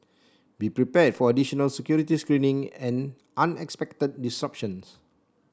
be prepared for additional security screening and unexpected disruptions